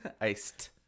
Iced